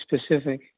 specific